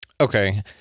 okay